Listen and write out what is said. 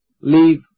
leave